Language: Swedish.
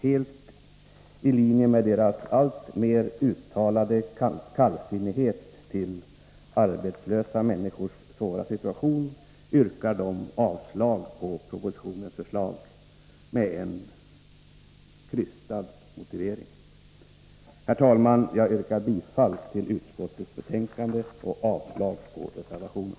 Helt i linje med deras alltmer uttalade kallsinnighet till arbetslösa människors svåra situation yrkar de avslag på propositionens förslag — med en krystad motivering. Herr talman! Jag yrkar bifall till utskottets hemställan och avslag på reservationen.